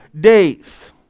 days